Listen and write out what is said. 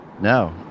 No